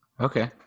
Okay